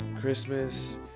Christmas